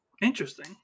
Interesting